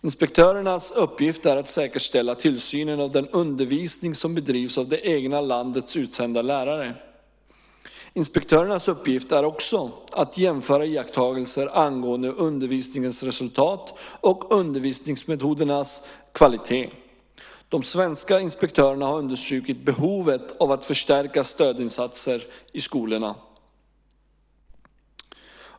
Inspektörernas uppgift är att säkerställa tillsynen av den undervisning som bedrivs av det egna landets utsända lärare. Inspektörernas uppgift är också att jämföra iakttagelser angående undervisningens resultat och undervisningsmetodernas kvalitet. De svenska inspektörerna har understrukit behovet av förstärkta stödinsatser i skolorna.